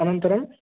अनन्तरम्